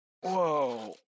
Whoa